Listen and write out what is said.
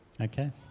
Okay